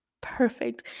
perfect